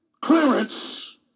clearance